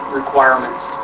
requirements